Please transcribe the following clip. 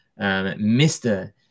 Mr